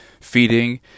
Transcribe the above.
feeding